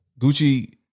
Gucci